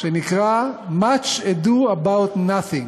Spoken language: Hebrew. שנקרא Much Ado About Nothing,